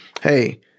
hey